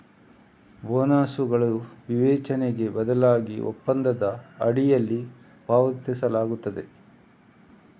ಬೋನಸುಗಳನ್ನು ವಿವೇಚನೆಗೆ ಬದಲಾಗಿ ಒಪ್ಪಂದದ ಅಡಿಯಲ್ಲಿ ಪಾವತಿಸಲಾಗುತ್ತದೆ